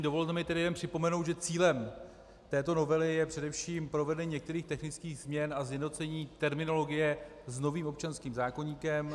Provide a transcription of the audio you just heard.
Dovolte mi tedy jen připomenout, že cílem této novely je především provedení některých technických změn a sjednocení terminologie s novým občanským zákoníkem.